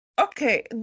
Okay